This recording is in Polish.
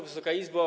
Wysoka Izbo!